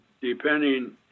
depending